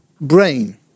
brain